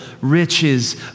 riches